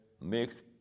makes